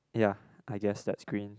ya I guess that's green